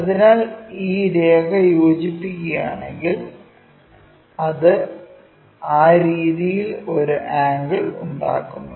അതിനാൽ ഈ രേഖ യോജിപ്പിക്കുകയാണെങ്കിൽ അത് ആ രീതിയിൽ ഒരു ആംഗിൾ ഉണ്ടാക്കുന്നു